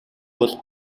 бол